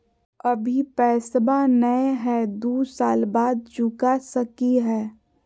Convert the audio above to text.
अभि पैसबा नय हय, दू साल बाद चुका सकी हय?